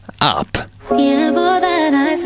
up